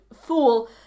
fool